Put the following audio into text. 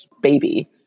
baby